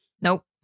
Nope